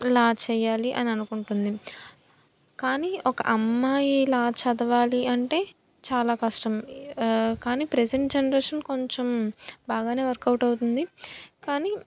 లా చెయ్యాలి అని అనుకుంటుంది కానీ ఒక అమ్మాయి లా చదవాలి అంటే చాలా కష్టం కానీ ప్రెజంట్ జనరేషన్ కొంచెం బాగానే వర్క్ అవుట్ అవుతుంది కానీ